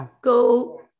go